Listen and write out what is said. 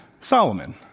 Solomon